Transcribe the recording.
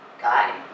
guy